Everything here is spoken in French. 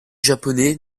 japonais